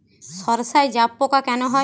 সর্ষায় জাবপোকা কেন হয়?